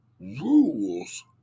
rules